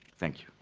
thank